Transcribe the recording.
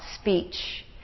speech